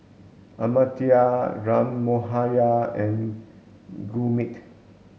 Amartya Ram Manohar and Gurmeet